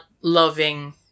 loving